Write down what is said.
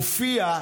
הופיעה,